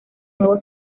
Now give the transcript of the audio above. nuevo